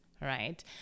right